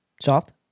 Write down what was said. Soft